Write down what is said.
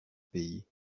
pays